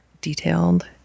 detailed